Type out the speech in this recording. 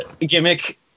gimmick